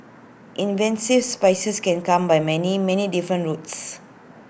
invasive species can come by many many different routes